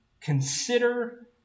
consider